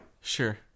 Sure